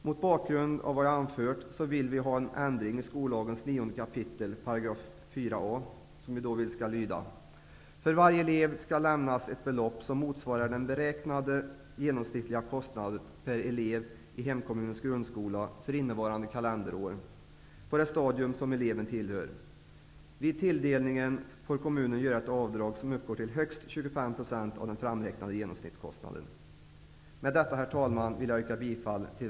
Mot bakgrund av vad jag anfört vill vi ha en ändring av 9 kap. 4 a §, skollagen, som vi vill skall lyda: För varje elev skall lämnas ett belopp som motsvarar den beräknade genomsnittliga kostnaden per elev i hemkommunens grundskola för innevarande kalenderår på det stadium som eleven tillhör. Vid tilldelningen får kommunen göra ett avdrag som uppgår till högst 25 % av den framräknade genomsnittskostnaden. Med detta, herr talman, yrkar jag bifall till